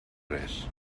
res